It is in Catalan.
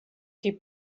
qui